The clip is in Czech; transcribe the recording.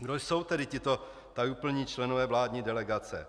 Kdo jsou tedy tito tajuplní členové vládní delegace?